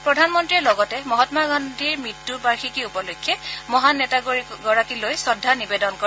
প্ৰধানমন্ত্ৰীয়ে লগতে মহাম্মা গান্ধীৰ মৃত্যু বাৰ্ষিকী উপলক্ষে মহান নেতাগৰাকীলৈ শ্ৰদ্ধা নিবেদন কৰে